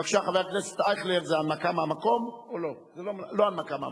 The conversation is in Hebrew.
בבקשה, חבר הכנסת אייכלר, לרשותך עשר דקות.